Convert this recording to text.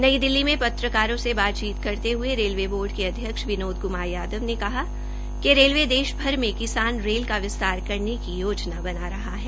नई दिल्ली में पत्रकारों से बातचीत करते हए रेलवे बोर्ड के अध्यक्ष विनोद कमार यादव ने कहा कि रेलवे देश भर में किसाल रेल का विस्तार करने की योजना बना रहा है